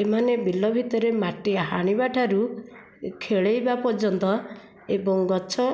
ଏମାନେ ବିଲ ଭିତରେ ମାଟି ହାଣିବା ଠାରୁ ଖେଳାଇବା ପର୍ଯ୍ୟନ୍ତ ଏବଂ ଗଛ